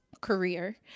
career